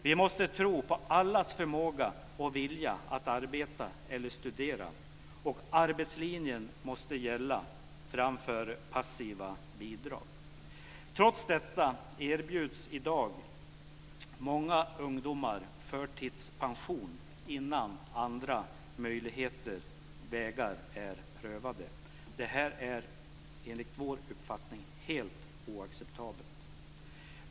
Vi måste tro på allas förmåga och vilja att arbeta eller studera, och arbetslinjen måste gälla framför passiva bidrag. Trots detta erbjuds i dag många ungdomar förtidspension innan andra vägar är prövade. Det är enligt vår uppfattning helt oacceptabelt.